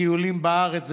טיולים בארץ ובחו"ל.